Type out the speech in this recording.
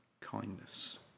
kindness